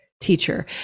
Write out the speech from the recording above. teacher